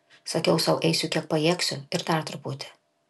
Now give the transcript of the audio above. sakiau sau eisiu kiek pajėgsiu ir dar truputį